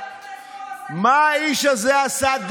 תכלס, מה הוא עשה, מה האיש הזה עשה?